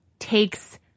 takes